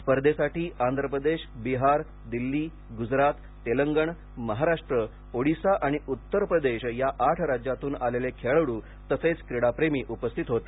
स्पर्धेसाठी आंध्रप्रदेश बिहार दिल्ली गुजरात तेलंगण महाराष्ट्र ओडीसा आणि उत्तरप्रदेश या आठ राज्यातून आलेले खेळाडू तसेच क्रीडाप्रेमी उपस्थित होते